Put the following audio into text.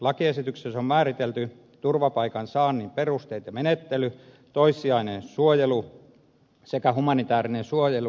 lakiesityksessä on määritelty turvapaikan saannin perusteet ja menettely toissijainen suojelu sekä humanitäärinen suojelu